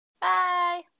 Bye